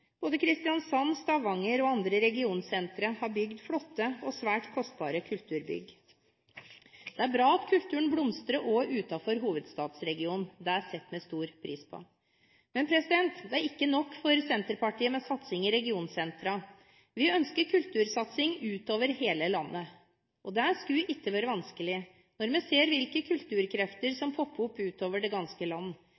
både Kristiansand, Stavanger og andre regionsentre har bygd flotte og svært kostbare kulturbygg. Det er bra at kulturen blomstrer også utenfor hovedstadsregionen. Det setter vi stor pris på. Men det er ikke nok for Senterpartiet med satsing i regionsentrene. Vi ønsker kultursatsing utover hele landet. Og det skulle ikke være vanskelig, når vi ser hvilke kulturkrefter